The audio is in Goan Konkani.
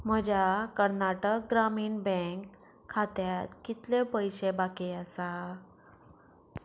म्हज्या कर्नाटक ग्रामीण बँक खात्यांत कितले पयशे बाकी आसा